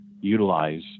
utilize